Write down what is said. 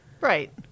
Right